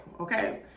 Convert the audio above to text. okay